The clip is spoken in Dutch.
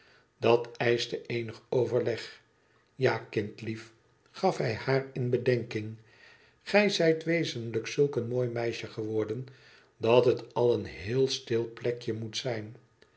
dat eischte eenig overleg ja kindlief gaf hij haar in bedenking gij zijt wezenlijk zulk een mooi meisje geworden dat het al een heel stil plekje moet zijn